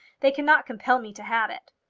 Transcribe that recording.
they cannot compel me to have it.